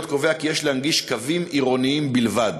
קובע כי יש להנגיש קווים עירוניים בלבד.